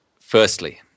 firstly